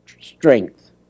strength